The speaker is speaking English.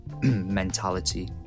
mentality